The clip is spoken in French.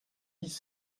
dix